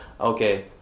okay